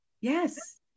Yes